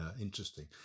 interesting